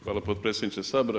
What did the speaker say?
Hvala potpredsjedniče Sabora.